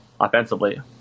offensively